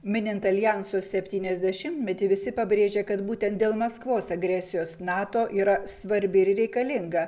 minint aljanso septyniasdešimtmetį visi pabrėžia kad būtent dėl maskvos agresijos nato yra svarbi ir reikalinga